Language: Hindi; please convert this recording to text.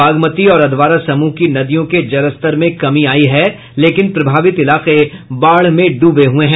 बागमती और अधवारा समूह की नदियों के जलस्तर में कमी आई है लेकिन प्रभावित इलाके बाढ़ में ड्रबे हुये हैं